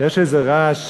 יש איזה רעש,